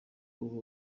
uba